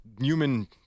human